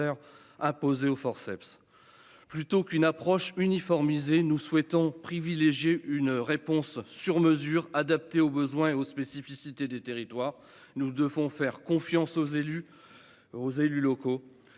imposé au forceps. Plutôt qu'une approche uniformisée, nous souhaitons privilégier une réponse sur mesure adaptée aux besoins et aux spécificités des territoires. Il convient de faire confiance aux élus locaux.